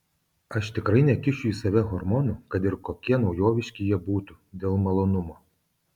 aš tikrai nekišiu į save hormonų kad ir kokie naujoviški jie būtų dėl malonumo